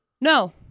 no